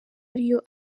ariyo